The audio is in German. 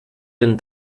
denn